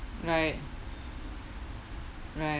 right right